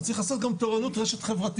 אתה צריך גם לעשות תורנות רשת חברתית.